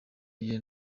iyihe